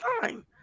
fine